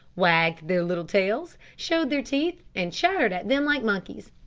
wagged their little tails, showed their teeth, and chattered at them like monkeys.